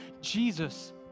Jesus